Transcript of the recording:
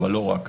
אבל לא רק,